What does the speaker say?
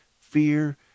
fear